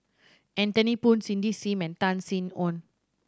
Anthony Poon Cindy Sim and Tan Sin Aun